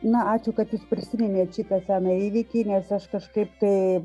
na ačiū kad jūs prisiminėt šitą seną įvykį nes aš kažkaip tai